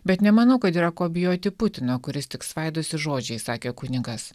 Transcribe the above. bet nemanau kad yra ko bijoti putino kuris tik svaidosi žodžiais sakė kunigas